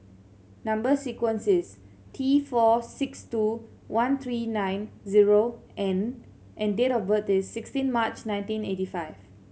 number sequence is T four six two one three nine zero N and date of birth is sixteen March nineteen eighty five